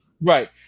right